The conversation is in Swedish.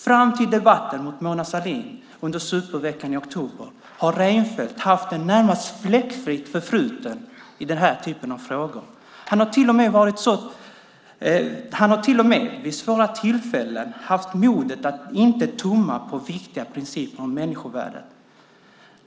Fram till debatten mot Mona Sahlin under superveckan i oktober har Reinfeldt haft ett närmast fläckfritt förflutet i den här typen av frågor. Han har till och med vid svåra tillfällen haft modet att inte tumma på viktiga principer om människovärdet.